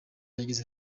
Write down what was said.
yagize